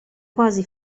quasi